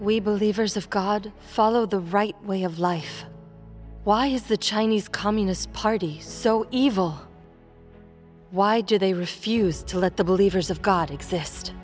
we believers of god follow the right way of life why is the chinese communist party so evil why do they refuse to let the believers of god exist